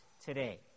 today